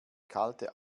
kalte